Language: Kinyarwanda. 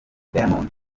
diamond